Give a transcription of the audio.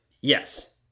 yes